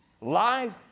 life